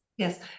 Yes